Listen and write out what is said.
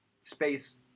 space